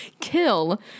kill